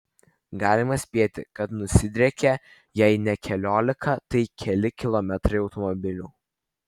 galima spėti kad nusidriekė jei ne keliolika tai keli kilometrai automobilių